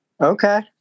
Okay